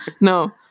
no